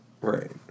Right